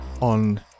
on